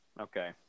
Okay